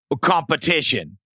Competition